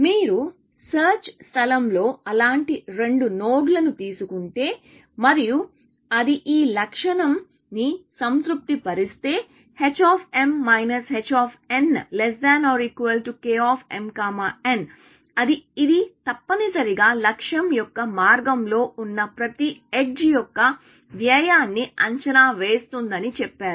మీరు సెర్చ్ స్థలంలో అలాంటి రెండు నోడ్లను తీసుకుంటే మరియు అది ఈ లక్షణం ని సంతృప్తిపరిస్తే h hk అది ఇది తప్పనిసరిగా లక్ష్యం యొక్క మార్గంలో ఉన్న ప్రతి ఎడ్జ్ యొక్క వ్యయాన్ని అంచనా వేస్తుందని చెప్పారు